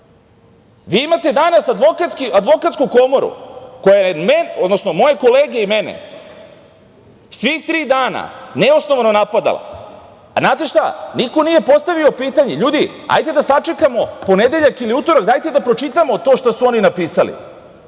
Vi imate danas Advokatsku komoru, koja je moje kolege i mene svih tri dana neosnovano napadala. Znate šta, niko nije postavio pitanje – ljudi, ajte da sačekamo ponedeljak ili utorak, dajte da pročitamo to što su oni napisali.